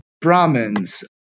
Brahmins